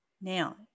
now